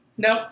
Nope